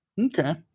Okay